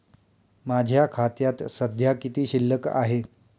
माझ्या खात्यात सध्या किती शिल्लक आहे?